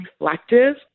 reflective